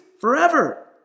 forever